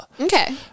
Okay